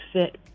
fit